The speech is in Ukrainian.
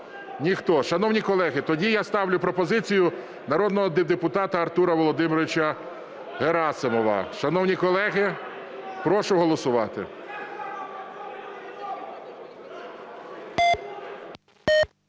Ніхто. Шановні колеги, тоді я ставлю пропозицію народного депутата Артура Володимировича Герасимова. Шановні колеги, прошу голосувати.